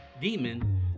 Demon